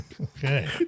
Okay